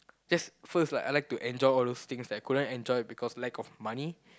that's first lah I like to enjoy all those things that I couldn't enjoy because lack of money